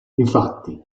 infatti